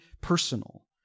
personal